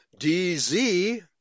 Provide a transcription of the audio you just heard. DZ